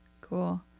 Cool